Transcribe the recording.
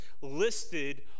listed